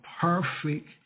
perfect